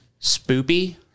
spoopy